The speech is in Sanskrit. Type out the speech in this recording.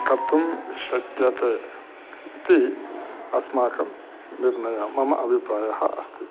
कर्तुं शक्यते इति अस्माकं निर्णयः मम अभिप्रायः अस्ति